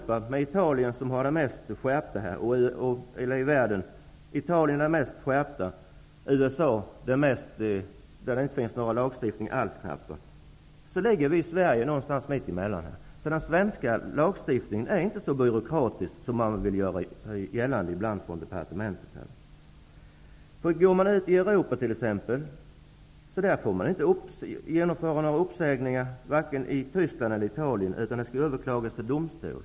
På en skala bland världens länder ligger Italien i ena ändan med den mest skärpta lagstiftningen och USA i den andra med knappt någon lagstiftning alls, och Sverige ligger på den skalan någonstans mittemellan. Den svenska lagstiftningen är alltså inte så byråkratisk som man från departementet ibland vill göra gällande. Tittar vi t.ex. på länder i Europa kan vi konstatera att man varken i Tyskland eller i Italien får genomföra några uppsägningar, utan sådana ärenden skall överklagas till domstol.